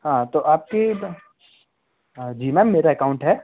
हाँ तो आपके हाँ जी मैम मेरा एकाउंट है